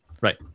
Right